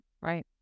right